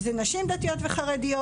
אלה נשים דתיות וחרדיות.